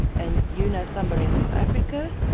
and you know somebody in south africa,